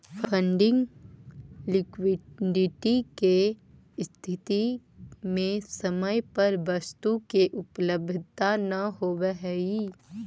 funding liquidity के स्थिति में समय पर वस्तु के उपलब्धता न होवऽ हई